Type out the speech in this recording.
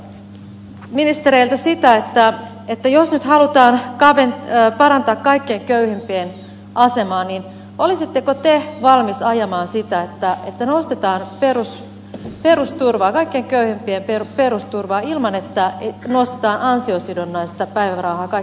kysyisin ministereiltä sitä että jos nyt halutaan parantaa kaikkein köyhimpien asemaa niin olisitteko te valmiit ajamaan sitä että nostetaan kaikkein köyhimpien perusturvaa ilman että nostetaan ansiosidonnaista päivärahaa kaikkein rikkaimmilta